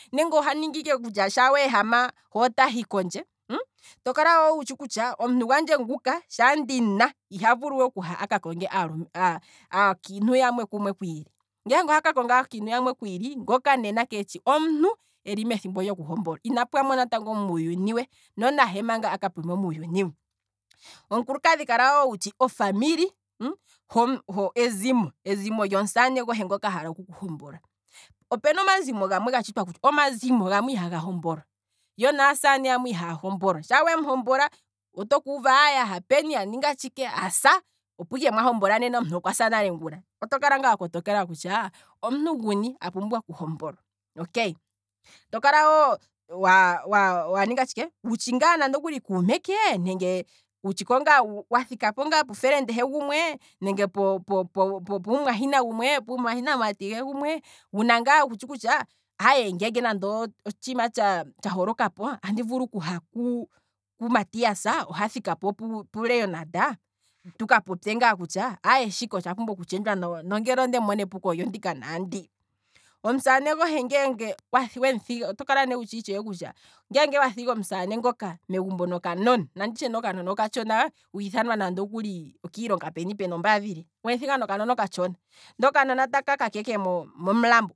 Nenge oha ningi ike kutya shaa weehama he otahi kondje? Tokala wutshi kutya omuntu gwandje nguka shaa ndimuna, iha vulu okuha aka konge aakintu yamwe kumwe kwiili, ngele ohaka konga aakintu yamwe kumwe kwiili. ngoka keshi omuntu eli methimbo lyoku hombola, ina pwamonatango muuyuni we, no nahe natango aka pwemo muuyuni we, omukulukadhi kala wo wutshi ofamily, ezimo lyomusamane gohe ngoka a hala oku hombola, opena omazimo gamwe gatshitwa kutya ihaga hombolwa, yo naasamane yamwe ihaya hombola, sha wemu hombola oto kuuva kutya aha peni, asa, opo ike mwa hombola nena omuntu okwasa nale ngula, oto kala ngaa wa kotokela kutya omuntu guni a pumbwa oku hombolwa, okay, to kala wo- wo waninga tshike, wutshi ngaa kuume ke, wutshiko ngaa, wathikapo pufelende he gumwe, nenge po- po- pumwahina gumwe, pumwahina mati gwe gumwe, wuna ngaa wutshi kutya ngeenge otshiima tsha holokapo andi vulu okuha ku- ku matias, ohe athikapo pu- pu leonard tuka popye ngaa kutya shika otsha pumbwa oku tshendja nongele ondemu mona epuko ondika naandi, omusamane gohe ngeenge wemuthiga, oto kala ne wutshi kutya ngeenge wathiga omusamane ngoka megumbo nokanona, nanditye ngeenge okanona okatshona, wiithanwa nande okuli okiilonga peni peni ombaadhilila, wemu thiga nokanona okatshona, ndele okanona taka kake momulambo